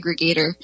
aggregator